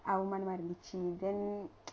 அவமானமா இருந்துச்சு:avamaanamaa irunthuchu then